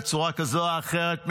בצורה כזו או אחרת,